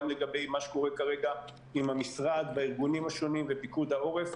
גם לגבי מה שקורה כרגע עם המשרד והארגונים השונים ופיקוד העורף.